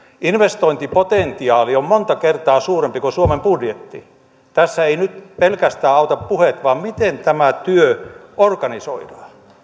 investointipotentiaali on monta kertaa suurempi kuin suomen budjetti tässä eivät nyt auta pelkästään puheet vaan se miten tämä työ organisoidaan